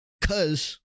Cause